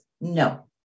No